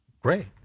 Great